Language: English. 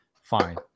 fine